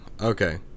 Okay